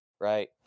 right